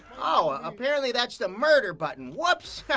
oh, apparently that's the murder button. whoops.